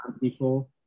people